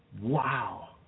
wow